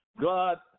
God